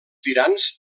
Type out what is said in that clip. tirants